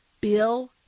Bill